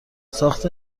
ساخت